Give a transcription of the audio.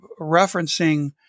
referencing